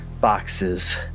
boxes